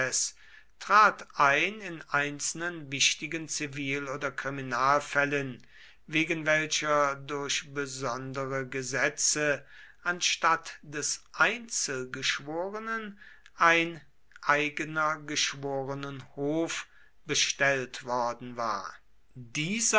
trat ein in einzelnen wichtigen zivil oder kriminalfällen wegen welcher durch besondere gesetze anstatt des einzelgeschworenen ein eigener geschworenenhof bestellt worden war dieser